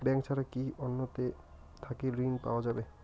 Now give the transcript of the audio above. Bank ছাড়া কি অন্য টে থাকি ঋণ পাওয়া যাবে?